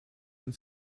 and